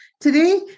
Today